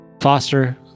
Foster